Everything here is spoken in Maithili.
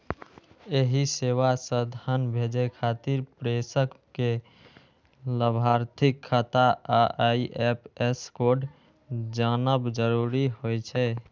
एहि सेवा सं धन भेजै खातिर प्रेषक कें लाभार्थीक खाता आ आई.एफ.एस कोड जानब जरूरी होइ छै